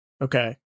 Okay